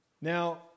Now